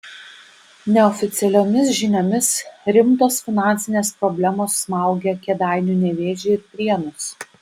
neoficialiomis žiniomis rimtos finansinės problemos smaugia kėdainių nevėžį ir prienus